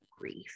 grief